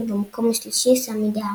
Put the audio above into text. ובמקום השלישי סמי דהרי.